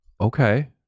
Okay